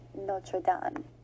Notre-Dame